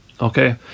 Okay